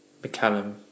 McCallum